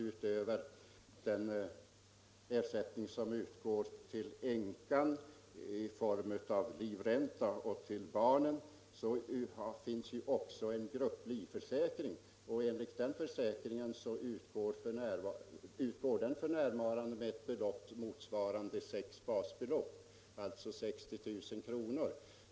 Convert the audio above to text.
Utöver ersättningen till änkan och barnen i form av livränta finns det ju också en grupplivförsäkring. Denna utgår f. n. med ett belopp motsvarande 6 basbelopp, alltså 60 000 kr.